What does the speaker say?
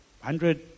hundred